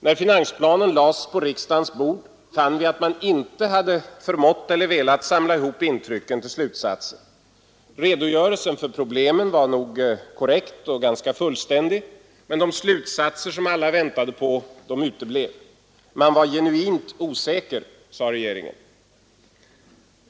När finansplanen lades på riksdagens bord befanns det att man inte hade förmått eller velat samla ihop intrycken till slutsatser. Redogörelsen för problemen var nog korrekt och ganska fullständig, men de slutsatser som alla väntade på uteblev. Man var ”genuint” osäker, sade regeringen.